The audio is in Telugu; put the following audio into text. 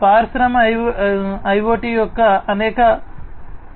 పారిశ్రామిక IoT యొక్క అనేక ఉపయోగాలు ఉన్నాయి